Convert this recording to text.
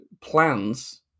plans